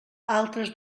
altres